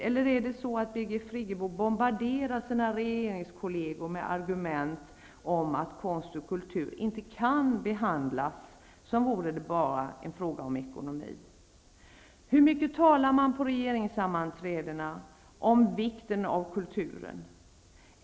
Eller är det så att Birgit Friggebo bombarderar sina regeringskolleger med argument om att konst och kultur inte kan behandlas som vore det bara en fråga om ekonomi? Hur mycket talar man på regeringssammanträdena om vikten av kulturen?